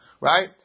right